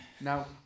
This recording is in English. Now